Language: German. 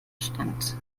stand